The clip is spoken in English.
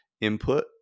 input